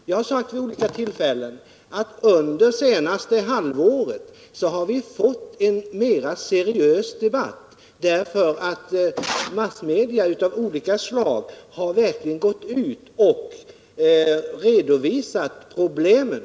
Jag har vid olika tillfällen sagt att vi under det senaste halvåret har fått en mera seriös nykterhetsdebatt på grund av att olika slags massmedia har gått ut och redovisat problemen.